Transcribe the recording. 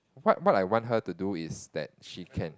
what what I want her to do is that she can